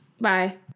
Bye